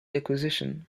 acquisition